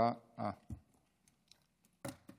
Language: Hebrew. חברת הכנסת קטי קטרין שטרית,